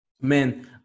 Man